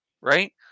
right